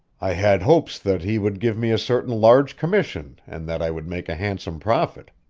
i had hopes that he would give me a certain large commission and that i would make a handsome profit.